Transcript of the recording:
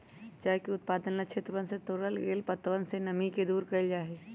चाय के उत्पादन ला क्षेत्रवन से तोड़ल गैल पत्तवन से नमी के दूर कइल जाहई